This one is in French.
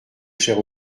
cher